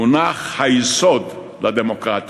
הונח היסוד לדמוקרטיה.